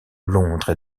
londres